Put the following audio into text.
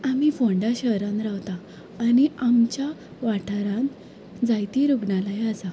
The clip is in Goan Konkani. आमी फोंडा शहरांत रावता आनी आमच्या वाठारांत जायतीं रुग्णालयां आसा